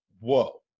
whoa